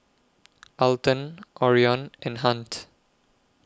Alton Orion and Hunt